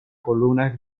columnas